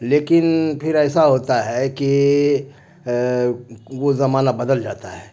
لیکن پھر ایسا ہوتا ہے کہ وہ زمانہ بدل جاتا ہے